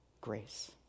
grace